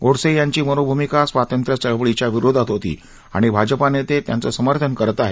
गोडसे यांची मनोभूमिका स्वातंत्र्य चळवळीविरोधात होती आणि भाजपा नेते त्याचं समर्थन करत आहेत